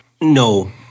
No